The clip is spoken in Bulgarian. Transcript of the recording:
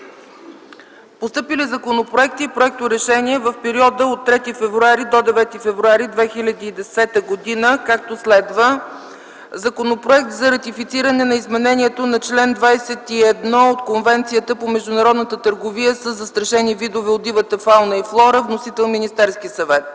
Постъпили законопроекти и проекторешения за периода 3-9 февруари 2010 г., както следва: - Законопроект за ратифициране на изменението на чл. 21 от Конвенцията по международната търговия със застрашени видове от дивата фауна и флора – вносител е Министерският съвет;